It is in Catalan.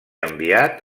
enviat